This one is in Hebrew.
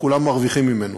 שכולם מרוויחים ממנו.